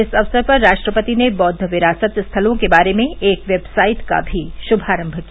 इस अवसर पर राष्ट्रपति ने बौद्व विरासत स्थलों के बारे में एक वेबसाइट का भी श्मारम्म किया